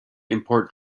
import